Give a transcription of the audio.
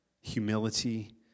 humility